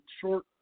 short